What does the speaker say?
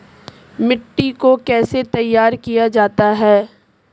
मिट्टी को कैसे तैयार किया जाता है?